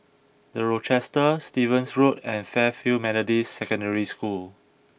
the Rochester Stevens Road and Fairfield Methodist Secondary School